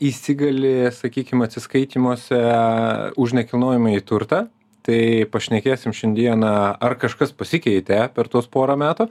įsigali sakykim atsiskaitymuose už nekilnojamąjį turtą tai pašnekėsim šiandieną ar kažkas pasikeitė per tuos porą metų